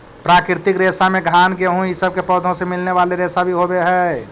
प्राकृतिक रेशा में घान गेहूँ इ सब के पौधों से मिलने वाले रेशा भी होवेऽ हई